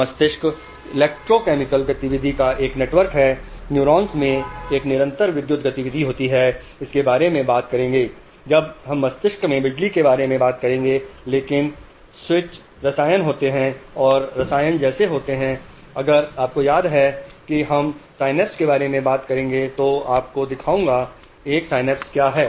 मस्तिष्क इलेक्ट्रोकेमिकल गतिविधि का एक नेटवर्क है न्यूरॉन्स में एक निरंतर विद्युत गतिविधि होती है इसके बारे में बात करेंगे जब हम मस्तिष्क में बिजली के बारे में बात करते हैं लेकिन स्विच रसायन होते हैं और ये रसायन जैसे होते हैं अगर आपको याद है कि हम synapse के बारे में बात करेंगे तो मैं आपको दिखाऊंगा एक SYANAPSE क्या है